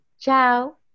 ciao